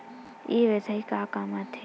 ई व्यवसाय का काम आथे?